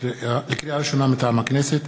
מטעם הכנסת: